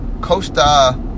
Costa